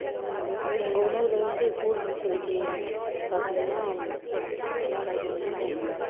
எங்கள் எங்கள் உணவில் வந்து கூடுதல் சுவைக்கு பார்த்தீங்கன்னா என்ன பண்ணுவோம்னா